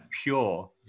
pure